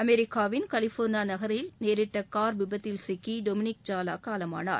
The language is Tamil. அமெரிக்காவின் கலிஃபோர்னியா நகரில் நேரிட்ட கார் விபத்தில் சிக்கி டோமினிக் ஜாலா காலமானார்